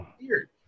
weird